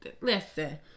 listen